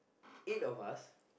eight of us